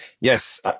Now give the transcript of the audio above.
yes